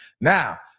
Now